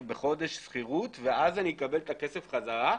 בחודש שכירות ואז אני אקבל את הכסף בחזרה?